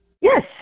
Yes